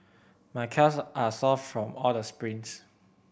my calves are sore from all the sprints